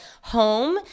home